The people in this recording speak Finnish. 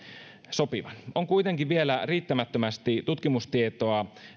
sopivan on kuitenkin vielä riittämättömästi tutkimustietoa